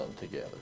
together